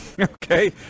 okay